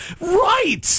Right